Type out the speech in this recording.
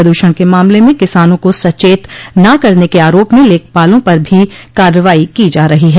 प्रदूषण के मामले में किसानों को सचेत न करने के आरोप में लेखपालो पर भी कार्रवाई की जा रही है